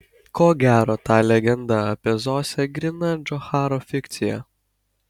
ko gero ta legenda apie zosę gryna džocharo fikcija